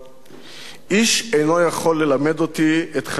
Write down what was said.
"איש אינו יכול ללמד אותי את חשיבות השלום.